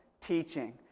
teaching